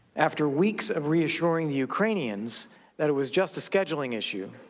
after weeks of reassuring ukrainians that it was just a scheduling issue,